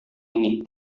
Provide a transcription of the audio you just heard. ini